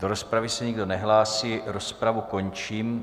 Do rozpravy se nikdo nehlásí, rozpravu končím.